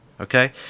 Okay